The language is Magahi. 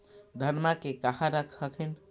धनमा के कहा रख हखिन?